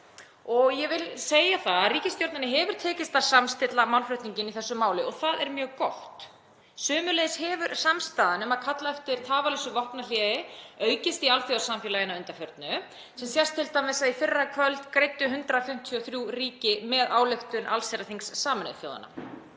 og ég vil segja að ríkisstjórninni hefur tekist að samstilla málflutninginn í þessu máli og það er mjög gott. Sömuleiðis hefur samstaðan um að kalla eftir tafarlausu vopnahléi aukist í alþjóðasamfélaginu að undanförnu sem sést t.d. á því að í fyrrakvöld greiddu 153 ríki atkvæði með ályktun allsherjarþings Sameinuðu þjóðanna.